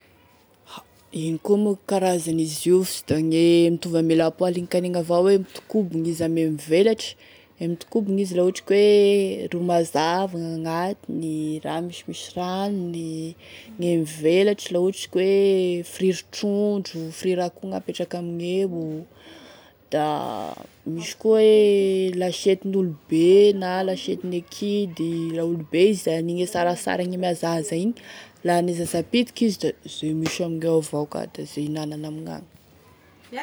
Ah ino koa moa e karazany io aby, fa sy da gne mitovy ame lapoaly igny avao e mitokobogny izy ame mivelatry, e mitokobogny izy la ohatry ka hoe ro mazava gnagnatiny, raha misimisy ranony gne mivelatry izy la ohatry e friry trondro, friry akoho apetraky amigneo, da misy koa e lasietin'olo be na lasety gne kidy, la olobe izy da anigny e sarasara mihazahaza igny la ane zaza pitiky izy da izay misy amigneo avao ka da izay hinanany amign'agny.